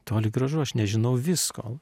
toli gražu aš nežinau visko